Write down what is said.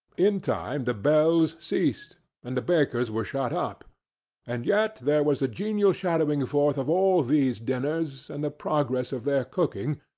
in time the bells ceased, and the bakers were shut up and yet there was a genial shadowing forth of all these dinners and the progress of their cooking,